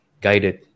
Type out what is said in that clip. guided